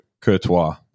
Courtois